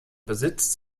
besitzt